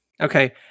Okay